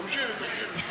תמשיכי, תמשיכי.